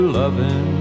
loving